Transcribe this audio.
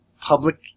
public